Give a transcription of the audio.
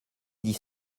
dix